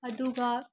ꯑꯗꯨꯒ